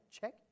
check